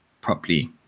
properly